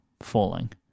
falling